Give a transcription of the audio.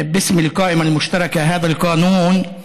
קראנו לחוק זה "אדם"